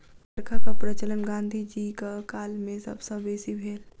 चरखाक प्रचलन गाँधी जीक काल मे सब सॅ बेसी भेल